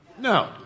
No